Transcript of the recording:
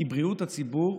כי בריאות הציבור,